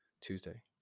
Tuesday